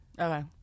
okay